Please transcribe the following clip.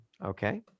Okay